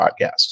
Podcast